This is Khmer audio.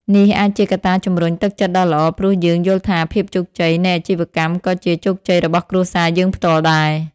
នេះអាចជាកត្តាជំរុញទឹកចិត្តដ៏ល្អ ព្រោះយើងយល់ថាភាពជោគជ័យនៃអាជីវកម្មក៏ជាជោគជ័យរបស់គ្រួសារយើងផ្ទាល់ដែរ។